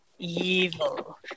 evil